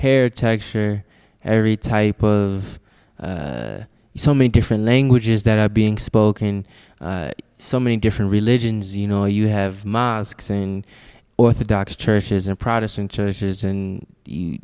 hair texture every type of so many different languages that are being spoken so many different religions you know you have mosques and orthodox churches and protestant churches and